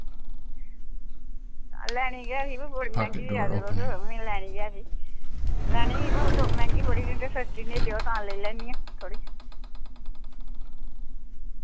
लैनी ते ऐ ही अवा बड़ी मैंह्गी देआ दे तुस में लैनी ते ऐ ही लैनी ही अवा मैंह्गी बड़ी दिंदे सस्ती नेही देओ तां लेई लैन्नी आं थोह्ड़ी